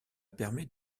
permet